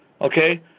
Okay